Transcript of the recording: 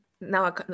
Now